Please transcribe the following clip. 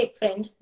friend